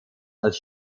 als